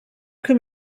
come